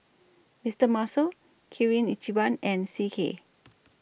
Mister Muscle Kirin Ichiban and C K